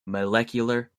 molecular